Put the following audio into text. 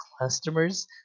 customers